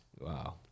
Wow